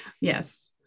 Yes